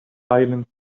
silence